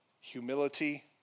humility